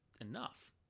enough